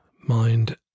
mind